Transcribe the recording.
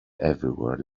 everywhere